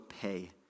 pay